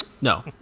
No